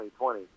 2020